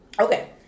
Okay